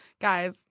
Guys